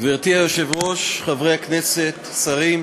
גברתי היושבת-ראש, חברי הכנסת, שרים,